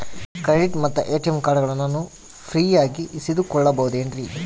Credit ಮತ್ತ ATM ಕಾರ್ಡಗಳನ್ನ ನಾನು ಫ್ರೇಯಾಗಿ ಇಸಿದುಕೊಳ್ಳಬಹುದೇನ್ರಿ?